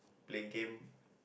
playing game